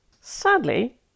Sadly